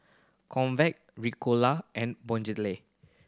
Convatec Ricola and Bonjela